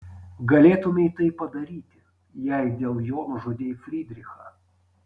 galėtumei tai padaryti jei dėl jo nužudei frydrichą